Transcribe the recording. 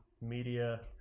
media